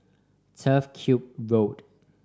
Turf Ciub Road